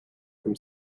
from